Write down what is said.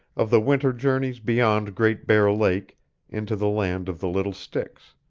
of the winter journeys beyond great bear lake into the land of the little sticks,